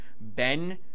Ben